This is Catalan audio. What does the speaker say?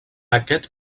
aquest